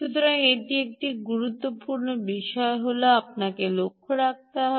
সুতরাং এটি একটি গুরুত্বপূর্ণ বিষয় যা আপনাকে লক্ষ্য রাখতে হবে